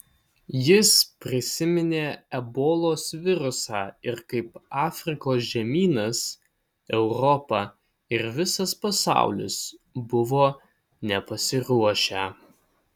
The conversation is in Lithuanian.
jis prisiminė ebolos virusą ir kaip afrikos žemynas europa ir visas pasaulis buvo nepasiruošę